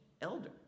elder